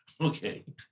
Okay